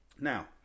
Now